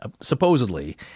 supposedly